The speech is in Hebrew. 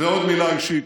ועוד מילה אישית,